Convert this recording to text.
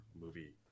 movie